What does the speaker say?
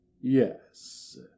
yes